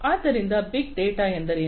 ಆದ್ದರಿಂದ big data ಎಂದರೇನು